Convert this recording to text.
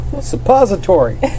Suppository